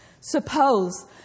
Suppose